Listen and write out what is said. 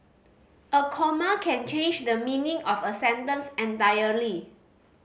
a comma can change the meaning of a sentence entirely